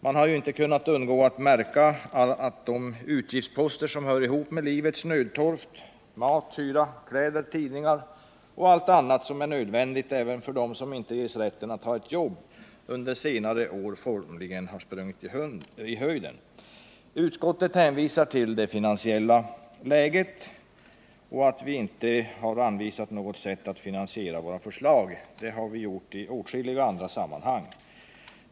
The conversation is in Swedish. Man har ju inte kunnat undgå att märka att de utgiftsposter som hör ihop med livets nödtorft — mat, hyra, kläder, tidningar och allt annat som är nödvändigt även för dem som inte ges rätten att ha ett jobb — under senare år formligen har sprungit i höjden. Utskottet hänvisar till det finansiella läget och till att vi inte har anvisat något sätt att finansiera våra förslag. Men det har vi gjort i åtskilliga andra sammanhang.